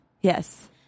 Yes